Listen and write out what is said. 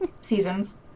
seasons